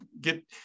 get